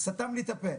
סתם לי את הפה.